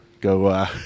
go